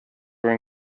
were